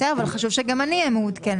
בסדר, אבל חשוב שגם אני אהיה מעודכנת.